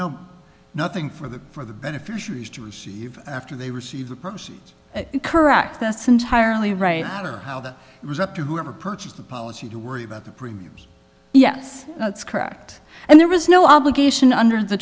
no nothing for that for the beneficiaries to receive after they receive the proceeds correct that's entirely right out or how that it was up to whoever purchased the policy to worry about the premiums yes that's correct and there is no obligation under the